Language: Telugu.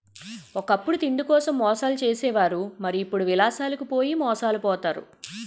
ఒకప్పుడు తిండికోసం మోసాలు చేసే వారు మరి ఇప్పుడు విలాసాలకు పోయి మోసాలు పోతారు